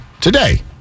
today